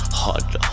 hard